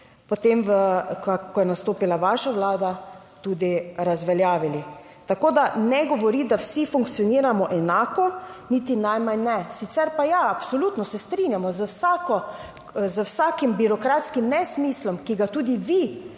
potem, ko je nastopila vaša Vlada, tudi razveljavili. Tako da ne govoriti, da vsi funkcioniramo enako, niti najmanj ne. Sicer pa ja, absolutno se strinjamo z vsako, z vsakim birokratskim nesmislom, ki ga tudi vi